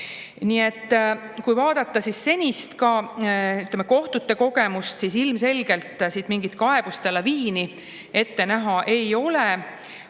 ei tee. Kui vaadata senist kohtute kogemust, siis ilmselgelt siin mingit kaebuste laviini ette näha ei ole.